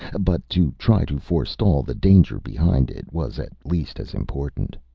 but to try to forestall the danger behind it was at least as important.